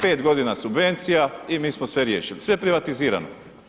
5 godina subvencija i mi smo sve riješili.“ Sve privatizirano.